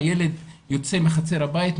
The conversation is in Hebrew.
הילד יוצא מחצר הבית,